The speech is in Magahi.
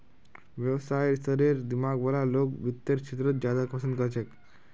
व्यवसायेर स्तरेर दिमाग वाला लोग वित्तेर क्षेत्रत ज्यादा पसन्द कर छेक